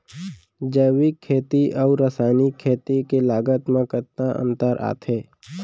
जैविक खेती अऊ रसायनिक खेती के लागत मा कतना अंतर आथे?